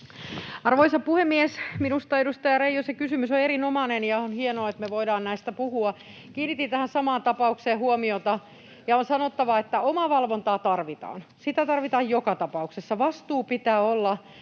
Arvoisa puhemies! Minusta edustaja Reijosen kysymys on erinomainen, ja on hienoa, että me voimme näistä puhua. Kiinnitin tähän samaan tapaukseen huomiota, ja on sanottava, että omavalvontaa tarvitaan, sitä tarvitaan joka tapauksessa. Järjestäjällä pitää olla